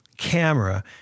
camera